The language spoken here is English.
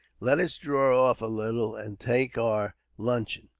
let us draw off a little, and take our luncheon.